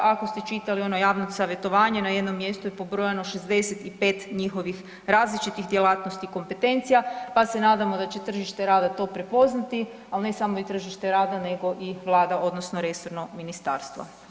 Ako ste čitali ono javno savjetovanje na jednom mjestu je pobrojano 65 njihovih različitih djelatnosti i kompetencija, pa se nadamo da će tržište rada to prepoznati, al ne samo i tržište rada nego i vlada odnosno resorna ministarstva.